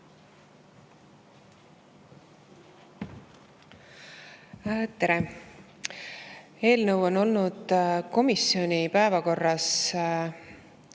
Tere! Eelnõu on olnud komisjoni päevakorras